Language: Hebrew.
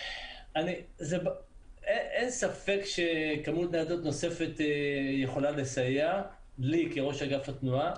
אין ספק שכמות ניידות נוספת יכולה לסייע לי כראש אגף התנועה,